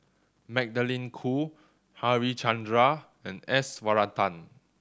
Magdalene Khoo Harichandra and S Varathan